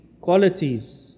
qualities